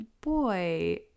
boy